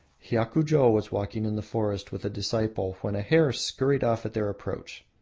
hiakujo was walking in the forest with a disciple when a hare scurried off at their approach.